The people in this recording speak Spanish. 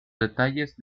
detalles